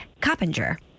Coppinger